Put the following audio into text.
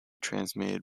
transmitted